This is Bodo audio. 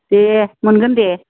दे मोनगोन दे